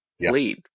lead